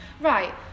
Right